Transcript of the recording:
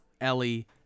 Ellie